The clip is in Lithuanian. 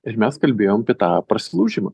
ir mes kalbėjom apie tą prasilaužimą